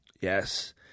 Yes